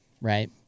Right